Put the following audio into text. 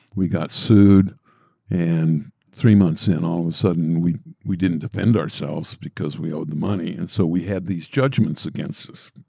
we got sued and three months in, all of a sudden, we we didn't defend ourselves because we owed them money and so we had these judgments against us.